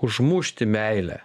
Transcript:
užmušti meilę